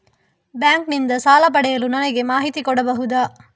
Bank ನಿಂದ ಸಾಲ ಪಡೆಯಲು ನನಗೆ ಮಾಹಿತಿ ಕೊಡಬಹುದ?